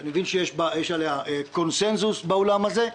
שיש עליה קונצנזוס באולם הזה,